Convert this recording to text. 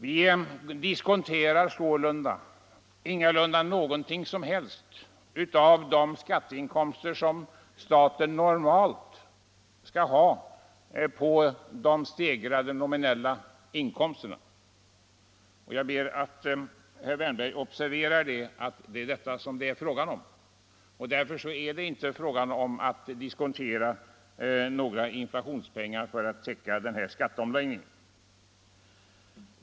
Vi diskonterar ingalunda någonting av de skatteinkomster som staten normalt skall ha på de stegrade nominella inkomsterna. Jag ber att herr Wärnberg observerar att det är inkomstökningenav progressionens verkningar som frågan gäller, inte att diskontera inflationspengar för att täcka skatteomläggningen.